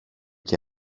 και